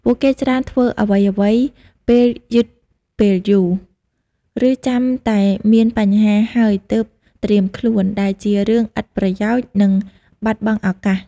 ពួកគេច្រើនធ្វើអ្វីៗពេលយឺតពេលយូរ ឬចាំតែមានបញ្ហាហើយទើបត្រៀមខ្លួន ដែលជារឿងឥតប្រយោជន៍ និងបាត់បង់ឱកាស។